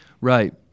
Right